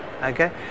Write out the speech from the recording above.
Okay